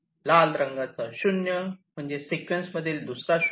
लाल रंगाचा 0 म्हणजे मध्ये सिक्वेन्स मधील दुसरा 0